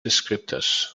descriptors